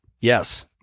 Yes